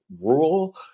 rural